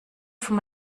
vom